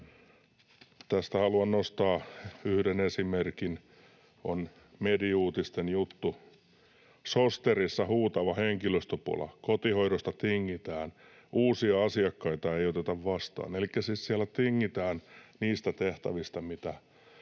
Tästä haluan nostaa yhden esimerkin, on Mediuutisten juttu: ”Sosterissa huutava henkilöstöpula – kotihoidosta tingitään, uusia asiakkaita ei oteta vastaan.” Elikkä siis siellä tingitään niistä tehtävistä, mitä he